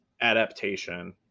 adaptation